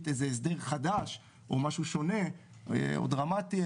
איזה הסדר חדש או משהו שונה או דרמטי,